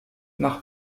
nach